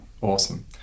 Awesome